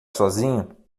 sozinho